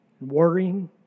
worrying